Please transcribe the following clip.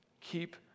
Keep